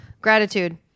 gratitude